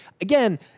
Again